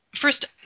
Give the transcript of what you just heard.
first